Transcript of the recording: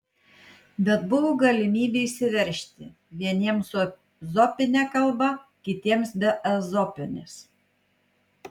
bet buvo galimybė išsiveržti vieniems su ezopine kalba kitiems be ezopinės